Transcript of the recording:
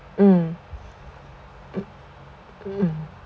mm